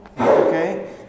Okay